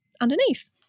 underneath